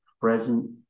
present